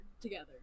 together